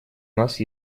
нас